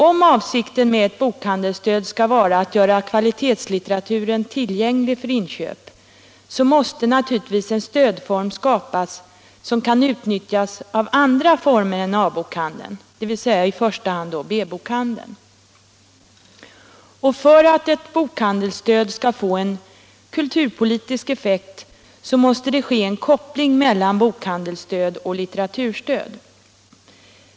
Om avsikten med ett bokhandelsstöd skall vara att göra kvalitetslitteratur tillgänglig för inköp måste en stödform skapas som kan utnyttjas av andra former än A-bokhandeln, dvs. i första hand B bokhandeln. För att ett bokhandelsstöd skall få en kulturpolitisk effekt måste det ske en koppling mellan bokhandelsstöd och litteraturstöd.